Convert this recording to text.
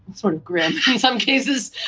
sort of grim in some cases